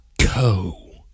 co